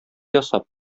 ясап